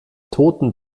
toten